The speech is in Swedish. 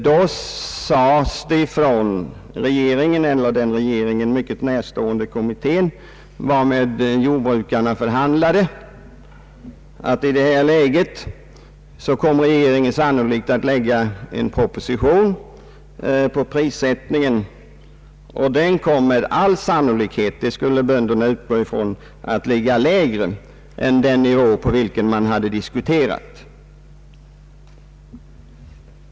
Då sades det från regeringens eller den regeringen mycket närstående kommitténs sida, alltså den kommitté med vilken jordbrukarna förhandlade, att i det läge som uppstått skulle regeringen sannolikt komma att lägga fram en proposition om prissättningen utan förhandlingar och att denna då med all sannolikhet — det kunde bönderna utgå ifrån — skulle komma att ligga lägre än den nivå man diskuterat.